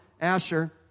Asher